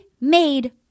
made